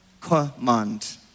command